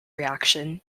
reaction